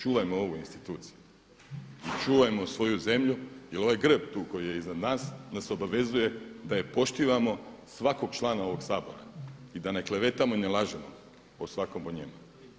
Čuvajmo ovu instituciju i čuvajmo svoju zemlju jer ovaj grb tu koji je iznad nas, nas obvezuje da poštivamo svakog člana ovog Sabora i da ne klevetamo i ne lažemo o svakom o njemu.